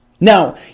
Now